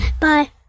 Bye